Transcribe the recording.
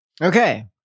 Okay